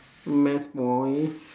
math boy